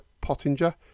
Pottinger